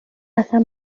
اصلا